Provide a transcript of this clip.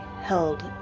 held